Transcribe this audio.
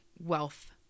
wealth